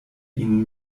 ihn